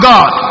God